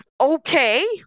okay